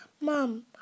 Mom